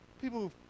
people